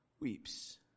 weeps